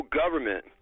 government